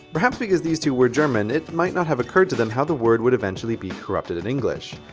perhaps because these two were german it might not have occurred to them how the word would eventually be corrupted in english.